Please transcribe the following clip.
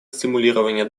стимулирования